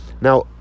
Now